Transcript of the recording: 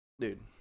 dude